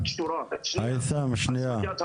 שנייה,